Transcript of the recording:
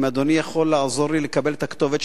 אם אדוני יכול לעזור לי לקבל את הכתובת